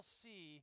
see